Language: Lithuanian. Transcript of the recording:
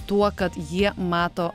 tuo kad jie mato